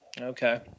Okay